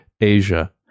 Asia